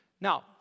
Now